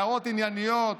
הערות ענייניות.